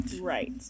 Right